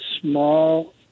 small